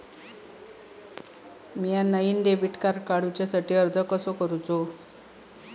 म्या नईन debit card काडुच्या साठी अर्ज कसा करूचा?